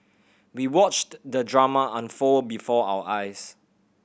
we watched the drama unfold before our eyes